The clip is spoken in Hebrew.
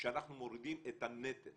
שאנחנו מורידים את הנטל